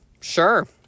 sure